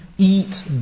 Eat